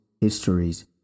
histories